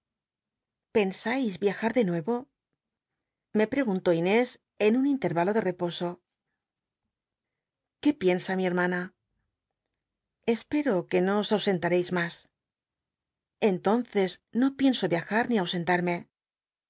sais viajar de nuevo me preguntó inés en un interralo de reposo qué piensa mi hermana l spero r ue no os anscnlal'eis mas entonces no pienso iajar ni ausentarme